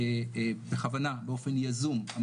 האם בן אדם ניזק מזה?